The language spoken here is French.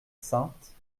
sainte